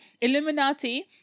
Illuminati